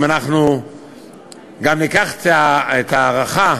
אם ניקח את ההערכה